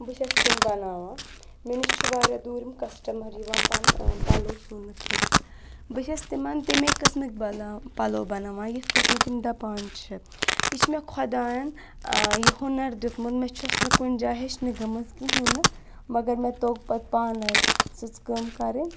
بہٕ چھٮ۪س تِم بَناوان مےٚ نِش چھِ واریاہ دوٗرِم کَسٹمَر یِوان پَنٕنۍ پَلو سُونہٕ خٲطرٕ بہٕ چھٮ۪س تِمَن تَمے قٕسمٕکۍ بَنا پَلو بناوان یِتھ پٲٹھۍ مےٚ تِم دَپان چھِ یہِ چھِ مےٚ خۄدایَن یہِ ہُنر دیُٚتمُت مےٚ چھٮ۪س نہٕ کُنہِ جاے ہیٚچھنہٕ گٔمٕژ کِٔہنۍ نہٕ مگر مےٚ توٚگ پَتہٕ پانَے سٕژٕ کٲم کَرٕنۍ